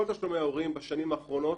כל תשלומי ההורים בשנים האחרונות,